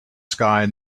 sky